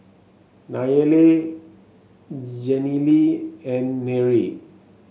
Nayely Jenilee and Nery